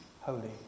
holy